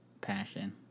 passion